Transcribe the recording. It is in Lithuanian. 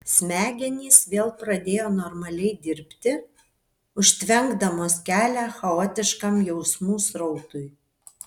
smegenys vėl pradėjo normaliai dirbti užtvenkdamos kelią chaotiškam jausmų srautui